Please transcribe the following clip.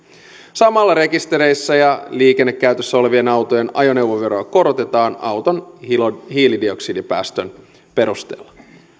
samalla rekistereissä ja liikennekäytössä olevien autojen ajoneuvoveroa korotetaan auton hiilidioksidipäästön perusteella